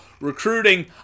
recruiting